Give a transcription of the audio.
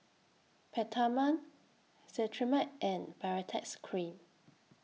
Peptamen Cetrimide and Baritex Cream